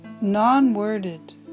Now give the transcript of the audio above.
non-worded